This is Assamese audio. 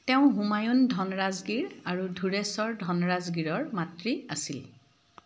তেওঁ হুমায়ুন ধনৰাজগীৰ আৰু ধুৰেশ্বৰ ধনৰাজগীৰৰ মাতৃ আছিল